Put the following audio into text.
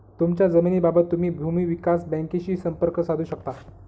तुमच्या जमिनीबाबत तुम्ही भूमी विकास बँकेशीही संपर्क साधू शकता